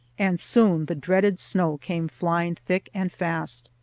and soon the dreaded snow came flying thick and fast.